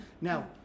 Now